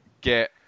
get